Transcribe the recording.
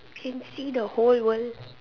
can see the whole world